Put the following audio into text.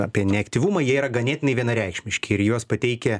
apie neaktyvumą jie yra ganėtinai vienareikšmiški ir juos pateikia